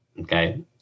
okay